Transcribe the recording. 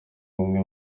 umwe